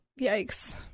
Yikes